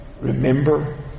Remember